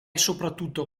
soprattutto